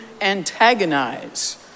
antagonize